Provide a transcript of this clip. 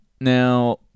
Now